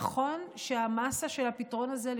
נכון שהמאסה של הפתרון הזה,